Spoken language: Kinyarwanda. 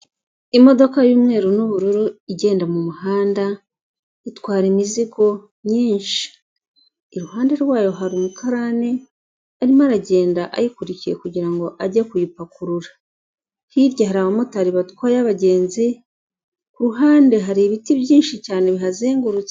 Imodoka yumweru n'ubururu igenda mu muhanda itwara imizigo myinshi, iruhande rwayo hari umukarani arimo aragenda ayikurikiye kugirango ajye kuyipakurura, hirya hari abamotari batwaye abagenzi, ku ruhande hari ibiti byinshi cyane bihazengurutse.